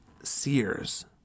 Sears